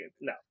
No